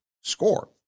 score